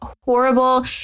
horrible